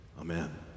Amen